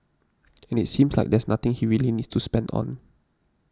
and it seems like there's nothing he really needs to spend on